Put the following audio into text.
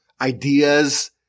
ideas